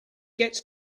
gets